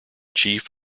chief